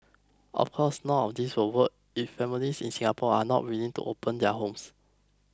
of course none of this will work if families in Singapore are not willing to open their homes